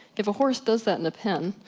if a horse does that in a pen,